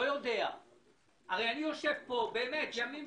אני יושב פה ימים ולילות.